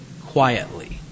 quietly